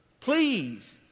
Please